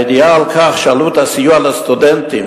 הידיעה על כך שעלות הסיוע לסטודנטים,